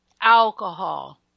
Alcohol